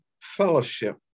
fellowship